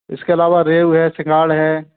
इसके आलावा रोहू है सिंघाड़ा है